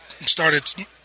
started